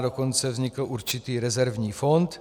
Dokonce vznikl určitý rezervní fond.